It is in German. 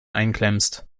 einklemmst